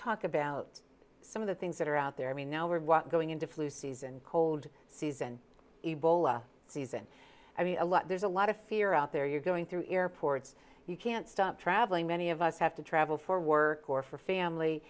talk about some of the things that are out there i mean now we're going into flu season cold season ebola season i mean a lot there's a lot of fear out there you're going through airports you can't stop traveling many of us have to travel for work or for family